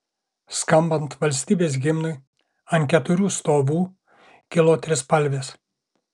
skambant valstybės himnui ant keturių stovų kilo trispalvės